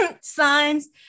signs